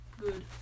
good